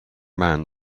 man